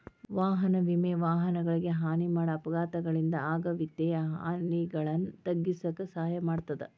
ವಾಹನ ವಿಮೆ ವಾಹನಗಳಿಗೆ ಹಾನಿ ಮಾಡ ಅಪಘಾತಗಳಿಂದ ಆಗ ವಿತ್ತೇಯ ಹಾನಿಗಳನ್ನ ತಗ್ಗಿಸಕ ಸಹಾಯ ಮಾಡ್ತದ